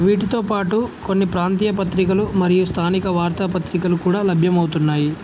వీటితో పాటు కొన్ని ప్రాంతీయ పత్రికలు మరియు స్థానిక వార్తా పత్రికలు కూడా లభ్యమవుతున్నాయి